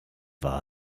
war